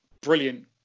brilliant